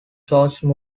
social